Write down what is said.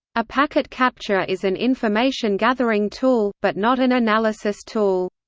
a packet capture is an information gathering tool, but not an analysis tool.